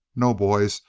no, boys,